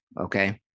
Okay